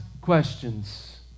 questions